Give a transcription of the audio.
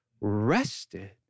rested